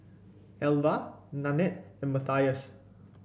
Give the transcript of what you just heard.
Alvah Nanette and Mathias